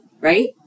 right